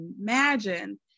imagine